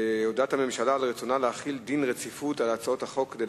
הודעת הממשלה על רצונה להחיל דין רציפות על הצעות חוק.